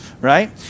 Right